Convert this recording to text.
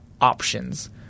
options